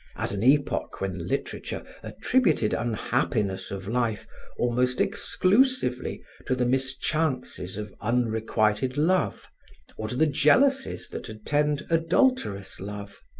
at an epoch when literature attributed unhappiness of life almost exclusively to the mischances of unrequited love or to the jealousies that attend adulterous love,